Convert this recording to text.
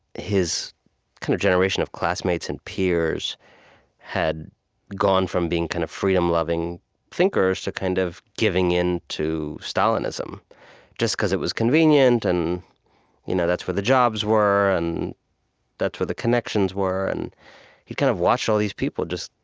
his kind of generation of classmates and peers had gone from being kind of freedom-loving thinkers to kind of giving in to stalinism just because it was convenient, and you know that's where the jobs were, and that's where the connections were. and he kind of watched all these people